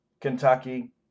Kentucky